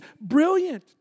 brilliant